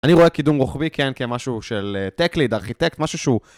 אני רואה קידום רוחבי, כן, כמשהו של tech-lead, ארכיטקט, משהו שהוא...